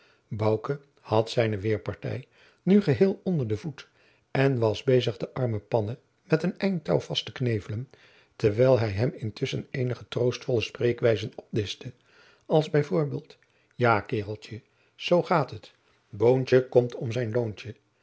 had zijne weêrpartij nu geheel onder den voet en was bezig den armen panne met een eind touw vast te knevelen terwijl hij hem intusschen eenige troostvolle spreekwijzen opdischte als b v ja kaereltje zoo gaat het boontje komt om zijn loontje